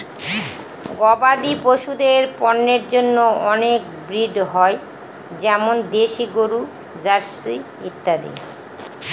গবাদি পশুদের পন্যের জন্য অনেক ব্রিড হয় যেমন দেশি গরু, জার্সি ইত্যাদি